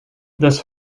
this